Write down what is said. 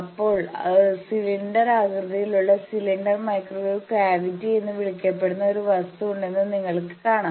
അപ്പോൾ സിലിണ്ടർ ആകൃതിയിലുള്ള cylinder microwave cavity എന്ന് വിളിക്കപ്പെടുന്ന ഒരു വസ്തു ഉണ്ടെന്ന് നിങ്ങൾക്ക് കാണാം